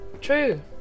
True